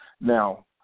Now